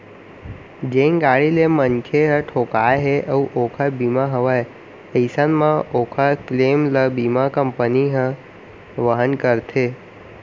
जेन गाड़ी ले मनखे ह ठोंकाय हे अउ ओकर बीमा हवय अइसन म ओकर क्लेम ल बीमा कंपनी ह वहन करथे